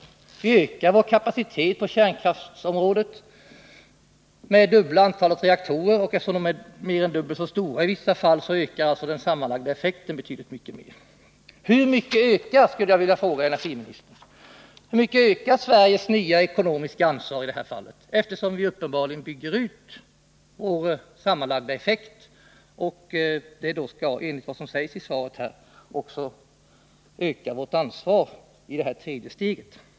Vi får då utöka vår kapacitet på kärnkraftsområdet så att antalet reaktorer fördubblas, och eftersom de nya reaktorerna i vissa fall är mer än dubbelt så stora som de idrifttagna, ökar den sammanlagda effekten betydligt mycket mer. Jag skulle vilja fråga energiministern: Hur mycket ökar Sveriges ekonomiska ansvar i detta fall, eftersom vi uppenbarligen bygger ut vår sammanlagda effekt och detta, som också sägs i svaret, skall öka vårt ansvar i det tredje steget?